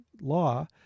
law